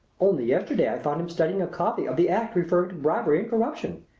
only yesterday i found him studying a copy of the act referring to bribery and corruption.